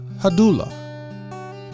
Hadula